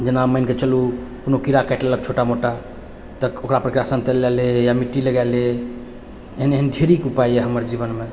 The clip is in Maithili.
जेना मानि कऽ चलु कोनो कीड़ा काटि लेलक छोटा मोटा तऽ ओकरा पड़ किरासन तेल लए ले या मिट्टी तेल लगा ले एहन एहन ढ़ेरिक उपाय यऽ हमर जीवनमे